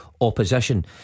opposition